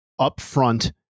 upfront